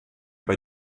bei